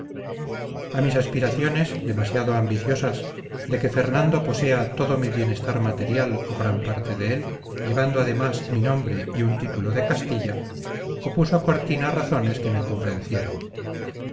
a mis aspiraciones demasiado ambiciosas de que fernando posea todo mi bienestar material o gran parte de él llevando además mi nombre y un título de castilla opuso cortina razones que me convencieron